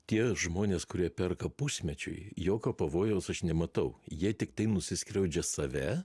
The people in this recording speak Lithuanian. tie žmonės kurie perka pusmečiui jokio pavojaus aš nematau jie tiktai nusiskriaudžia save